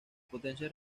potencias